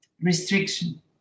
restriction